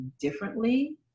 differently